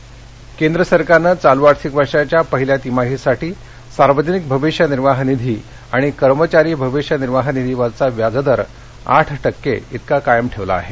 P F केंद्र सरकारनं चालू आर्थिक वर्षाच्या पहिल्या तिमाहीसाठी सार्वजनिक भविष्य निर्वाह निधी आणि कर्मचारी भविष्य निर्वाह निधीवरचा व्याज दर आठ टक्के इतका कायम ठेवला आहे